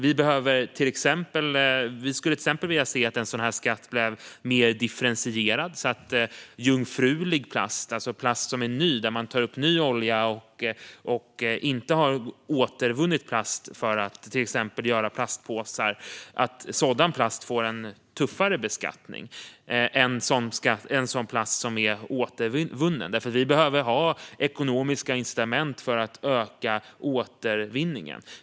Vi skulle till exempel vilja se att en sådan här skatt blev mer differentierad så att jungfrulig plast, alltså plast som är ny och innebär att man tar upp ny olja och inte återvinner plast för att till exempel göra plastpåsar, får en tuffare beskattning än sådan plast som är återvunnen. Vi behöver ha ekonomiska incitament för att öka återvinningen.